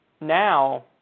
Now